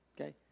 Okay